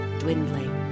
dwindling